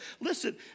Listen